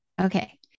Okay